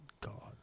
God